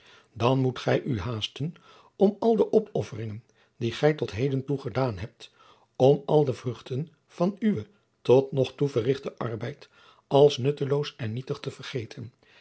dan moet gij u haasten om al de opofferingen die gij tot heden toe gedaan hebt om al de vruchten van uwen tot nog toe verrichten arbeid als nutteloos en nietig te vergeten